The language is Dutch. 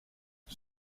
een